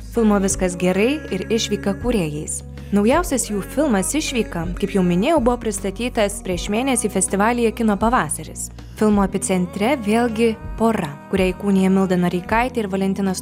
filmo viskas gerai ir išvyka kūrėjais naujausias jų filmas išvyka kaip jau minėjau buvo pristatytas prieš mėnesį festivalyje kino pavasaris filmo epicentre vėlgi pora kurią įkūnija milda noreikaitė ir valentinas